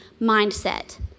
mindset